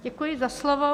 Děkuji za slovo.